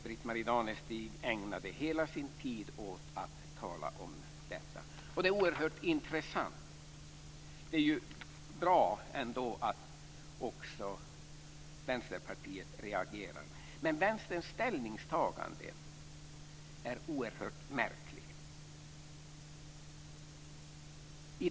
Britt-Marie Danestig ägande hela sin tid åt att tala om detta. Det är oerhört intressant. Det är ändå bra att också Vänsterpartiet reagerar, men Vänsterns ställningstagande är oerhört märkligt.